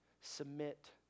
submit